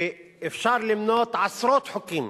ואפשר למנות עשרות חוקים